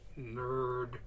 Nerd